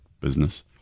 business